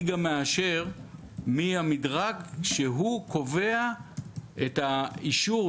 אני גם מאשר מי המדרג שקובע את האישור,